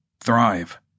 thrive